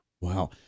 Wow